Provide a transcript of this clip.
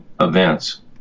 events